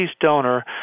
donor